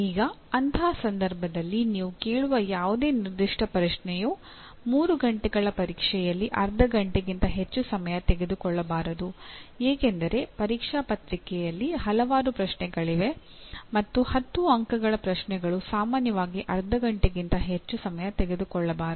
ಈಗ ಅಂತಹ ಸಂದರ್ಭದಲ್ಲಿ ನೀವು ಕೇಳುವ ಯಾವುದೇ ನಿರ್ದಿಷ್ಟ ಪ್ರಶ್ನೆಯು 3 ಗಂಟೆಗಳ ಪರೀಕ್ಷೆಯಲ್ಲಿ ಅರ್ಧ ಗಂಟೆಗಿಂತ ಹೆಚ್ಚು ಸಮಯ ತೆಗೆದುಕೊಳ್ಳಬಾರದು ಏಕೆಂದರೆ ಪರೀಕ್ಷಾ ಪತ್ರಿಕೆಯಲ್ಲಿ ಹಲವಾರು ಪ್ರಶ್ನೆಗಳಿವೆ ಮತ್ತು 10 ಅಂಕಗಳ ಪ್ರಶ್ನೆಗಳು ಸಾಮಾನ್ಯವಾಗಿ ಅರ್ಧ ಗಂಟೆಗಿಂತ ಹೆಚ್ಚು ಸಮಯ ತೆಗೆದುಕೊಳ್ಳಬಾರದು